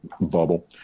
bubble